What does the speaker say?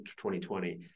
2020